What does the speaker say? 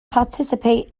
participate